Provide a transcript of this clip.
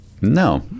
No